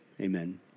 amen